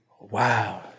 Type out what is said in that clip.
Wow